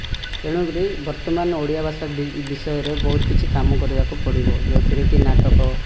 ତେଣୁକରି ବର୍ତ୍ତମାନ ଓଡ଼ିଆ ଭାଷା ବିଷୟରେ ବହୁତ କିଛି କାମ କରିବାକୁ ପଡ଼ିବ ଯେଉଁଥିରେ କି ନାଟକ